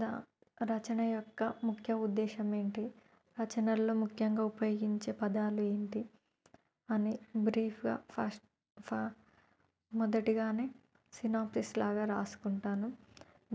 దా రచన యొక్క ముఖ్య ఉద్దేశం ఏంటి రచనల్లో ముఖ్యంగా ఉపయోగించే పదాలు ఏంటి అని బ్రీఫ్గా ఫస్ట్ ఫ మొదటిగానే సినాప్సిస్ లాగా రాసుకుంటాను